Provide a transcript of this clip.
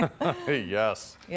Yes